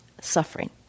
suffering